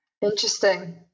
Interesting